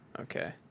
Okay